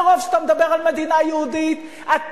מרוב שאתה מדבר על מדינה יהודית אתה